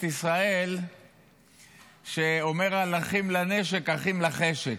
ישראל שאומר על אחים לנשק "אחים לחשק".